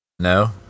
No